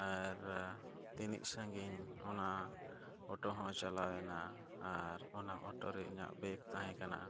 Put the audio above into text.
ᱟᱨ ᱛᱤᱱᱟᱹᱜ ᱥᱟᱺᱜᱤᱧ ᱚᱱᱟ ᱦᱚᱸ ᱪᱟᱞᱟᱣᱮᱱᱟ ᱟᱨ ᱚᱱᱟ ᱨᱮ ᱤᱧᱟᱹᱜ ᱛᱟᱦᱮᱸᱠᱟᱱᱟ